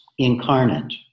Incarnate